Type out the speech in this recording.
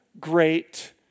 great